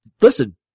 listen